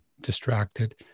distracted